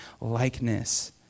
likeness